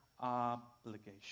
obligation